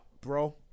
bro